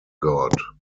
god